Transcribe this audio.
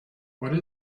what